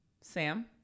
Sam